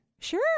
sure